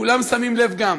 כולם שמים לב גם.